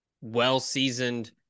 well-seasoned